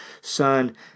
son